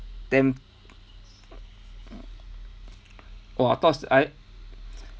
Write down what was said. damn !wah! of course I